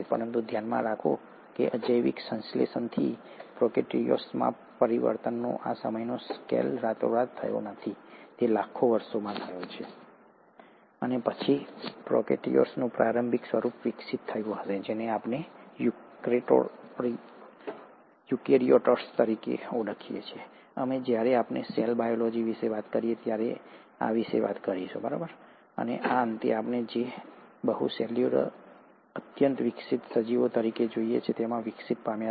પરંતુ ધ્યાનમાં રાખો અજૈવિક સંશ્લેષણથી પ્રોકેરિયોટ્સમાં પરિવર્તનનો આ સમયનો સ્કેલ રાતોરાત થયો નથી તે લાખો વર્ષોમાં થયો છે અને પછી પ્રોકેરિયોટ્સનું પ્રારંભિક સ્વરૂપ વિકસિત થયું હશે જેને આપણે યુકેરીયોટ્સ તરીકે ઓળખીએ છીએ અમે જ્યારે આપણે સેલ બાયોલોજી વિશે વાત કરીએ ત્યારે આ વિશે વાત કરીશું અને અંતે આપણે આજે જે બહુ સેલ્યુલર અત્યંત વિકસિત સજીવો તરીકે જોઈએ છીએ તેમાં વિકાસ પામ્યા હશે